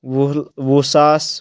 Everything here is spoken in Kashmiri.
وُہ وُہ ساس